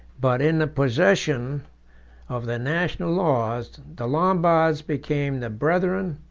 but in the possession of their national laws, the lombards became the brethren,